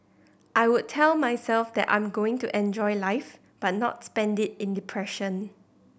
I would tell myself that I'm going to enjoy life but not spend it in depression